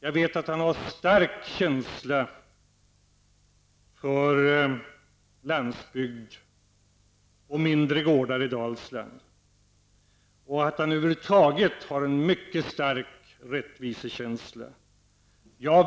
Jag vet att han har stark känsla för landsbygd och mindre gårdar i Dalsland och att han över huvud taget har en mycket stark rättvisekänsla.